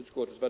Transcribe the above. Fru talman!